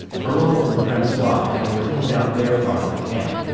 perrault and francois, having cleaned out their part of the camp,